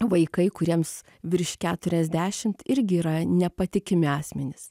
vaikai kuriems virš keturiasdešimt irgi yra nepatikimi asmenys